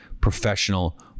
professional